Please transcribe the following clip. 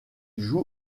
joue